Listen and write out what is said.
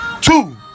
Two